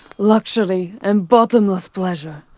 luxury and bottomless pleasure,